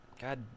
God